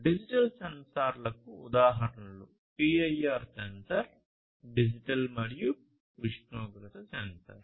digital సెన్సార్లకు ఉదాహరణలు PIR sensor digital మరియు ఉష్ణోగ్రత సెన్సార్